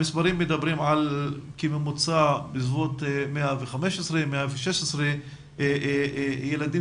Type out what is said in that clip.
המספרים מדברים על בסביבות 115-116 ילדים